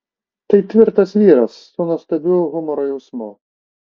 tai tvirtas vyras su nuostabiu humoro jausmu